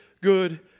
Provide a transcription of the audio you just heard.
good